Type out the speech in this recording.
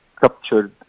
captured